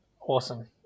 awesome